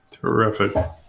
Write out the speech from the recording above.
Terrific